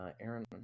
Aaron